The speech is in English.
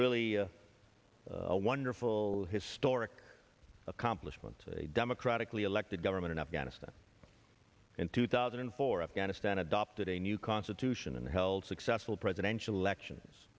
really a wonderful historic accomplishment to a democratically elected government in afghanistan in two thousand and four afghanistan adopted a new constitution and held successful presidential elections